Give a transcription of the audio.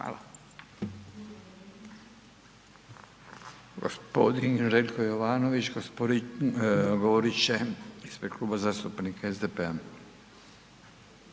Hvala.